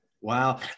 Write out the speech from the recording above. Wow